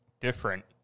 different